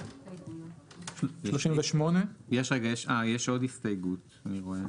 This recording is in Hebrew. יש עוד הסתייגות אני רואה,